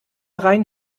rein